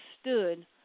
stood